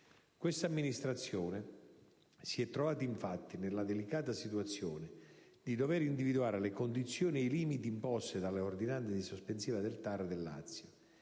Il Ministero si è trovato, infatti, nella delicata situazione di dover individuare le condizioni e i limiti imposti dalle ordinanze di sospensiva del TAR del Lazio.